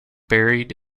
buried